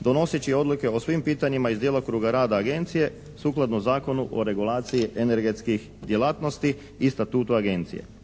donoseći odluke o svim pitanjima iz djelokruga rada Agencije sukladno Zakonu o regulaciji energetskih djelatnosti i statutu Agencije.